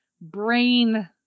brain